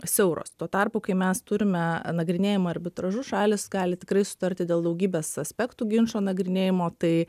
siauros tuo tarpu kai mes turime nagrinėjimą arbitražu šalys gali tikrai sutarti dėl daugybės aspektų ginčo nagrinėjimo tai